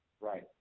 Right